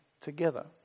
together